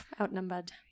Outnumbered